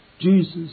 Jesus